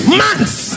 months